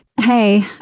Hey